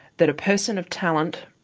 that a person of talent,